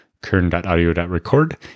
kern.audio.record